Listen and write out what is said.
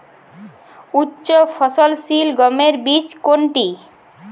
উচ্চফলনশীল গমের বীজ কোনটি?